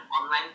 online